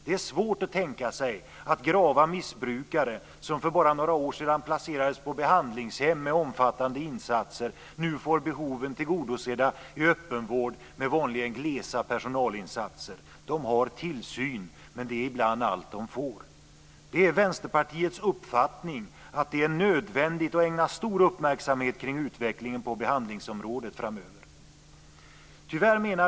Det är svårt att tänka sig att grava missbrukare, som för bara några år sedan placerades på behandlingshem med omfattande insatser, nu får behoven tillgodosedda i öppenvård med vanligen glesa personalinsatser. De har tillsyn men det är ibland allt de får. Det är Vänsterpartiets uppfattning att det är nödvändigt att ägna stor uppmärksamhet åt utvecklingen på behandlingsområdet framöver.